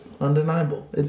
Undeniable